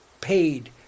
paid